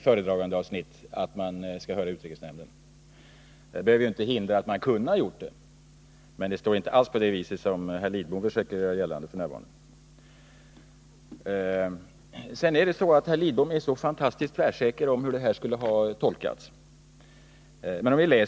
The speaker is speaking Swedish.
föredragandeavsnitt om att regeringen skall höra utrikesnämnden. Det behöver ju inte hindra att regeringen kunde ha gjort det, men det står inte skrivet på det sätt som herr Lidbom försöker göra gällande här. Herr Lidbom är så fantastiskt tvärsäker när det gäller hur lagen skulle ha tolkats i det här fallet.